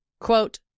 quote